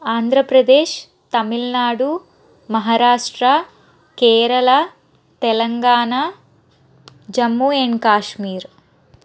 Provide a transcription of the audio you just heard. Andhra Pradesh Tamil Nadu Maharashtra Kerala Telangana Jammu and Kashmir